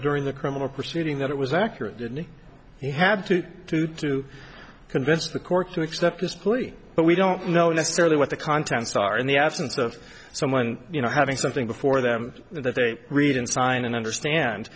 during the criminal proceeding that it was accurate he had to do to convince the court to accept this plea but we don't know necessarily what the contents are in the absence of someone you know having something before them that they read and sign and understand